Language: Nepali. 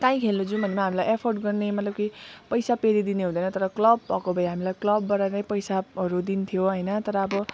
काहीँ खेल्नु जौँ भने हामीलाई अफोर्ड गर्ने मतलब कि पैसा पेलिदिने हुँदैन तर क्लब भएको भए हामीलाई क्लबबाट नै पैसाहरू दिन्थ्यो होइन तर अब